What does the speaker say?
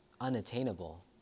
unattainable